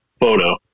photo